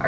o